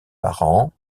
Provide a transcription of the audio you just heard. parents